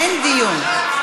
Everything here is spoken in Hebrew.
אין דיון.